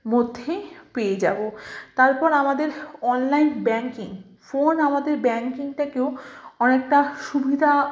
মধ্যে পেয়ে যাবো তারপর আমাদের অনলাইন ব্যাংকিং ফোন আমাদের ব্যাংকিংটাকেও অনেকটা সুবিধা